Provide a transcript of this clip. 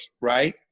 right